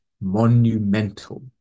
monumental